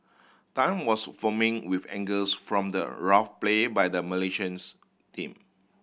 Tan was foaming with angers from the rough play by the Malaysians team